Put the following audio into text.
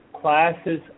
classes